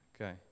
Okay